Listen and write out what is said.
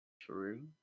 True